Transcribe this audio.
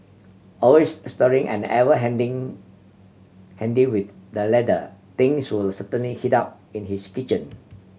always stirring and ever handing handy with the ladle things will certainly heat up in his kitchen